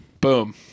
Boom